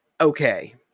okay